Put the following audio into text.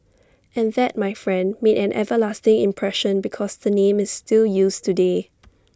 and that my friend made an everlasting impression because the name is still used today